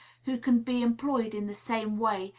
who can be employed in the same way,